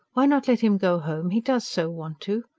why not let him go home he does so want to.